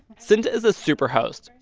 synta is a super host,